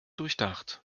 durchdacht